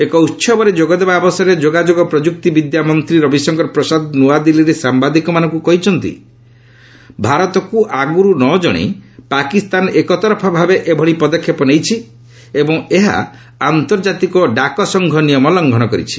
ଏକ ଉତ୍ସବରେ ଯୋଗଦେବା ଅବସରରେ ଯୋଗାଯୋଗ ଓ ପ୍ରଯୁକ୍ତିବିଦ୍ୟା ମନ୍ତ୍ରୀ ରବିଶଙ୍କର ପ୍ରସାଦ ନ୍ତଆଦିଲ୍ଲୀରେ ସାମ୍ବାଦିକମାନଙ୍କୁ କହିଛନ୍ତି ଭାରତକୁ ଆଗରୁ ନ ଜଣାଇ ପାକିସ୍ତାନ ଏକତରଫା ଭାବେ ଏଭଳି ପଦକ୍ଷେପ ନେଇଛି ଏବଂ ଏହା ଆନ୍ତର୍ଜାତିକ ଡାକସଂଘ ନିୟମ ଲଙ୍ଘନ କରିଛି